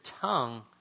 tongue